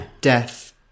death